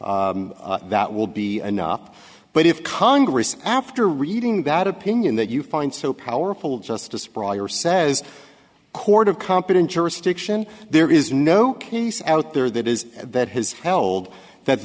that will be enough but if congress after reading that opinion that you find so powerful justice prior says court of competent jurisdiction there is no case out there that is that has held that